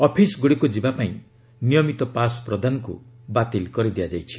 ଅଫିସଗୁଡ଼ିକୁ ଯିବା ପାଇଁ ନିୟମିତ ପାସ୍ ପ୍ରଦାନକୁ ବାତିଲ କରାଯାଇଛି